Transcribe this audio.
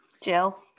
Jill